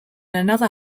another